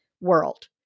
world